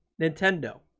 nintendo